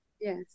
yes